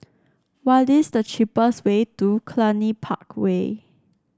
what is the cheapest way to Cluny Park Way